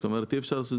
זאת אומרת אי אפשר.